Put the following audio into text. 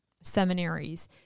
seminaries